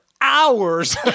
hours